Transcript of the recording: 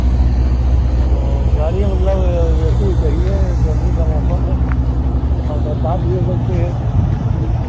तो गाड़ी मतलब ए सी ही चाहिए गर्मी का मौसम है और बरसात भी हो सकती है